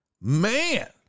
Man